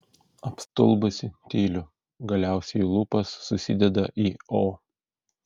apstulbusi tyliu galiausiai lūpos susideda į o